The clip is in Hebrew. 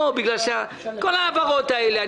בכל ההעברות האלה,